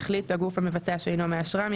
החליט הגוף המבצע שאינו מאשרם,